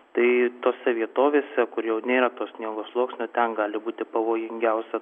tai tose vietovėse kur jau nėra sniego sluoksnio ten gali būti pavojingiausia